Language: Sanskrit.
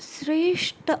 श्रेष्ठा